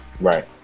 right